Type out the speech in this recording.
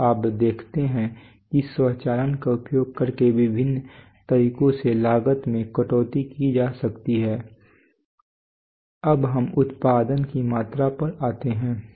तो आप देखते हैं कि स्वचालन का उपयोग करके विभिन्न तरीकों से लागत में कटौती की जा सकती है अब हम उत्पादन की मात्रा पर आते हैं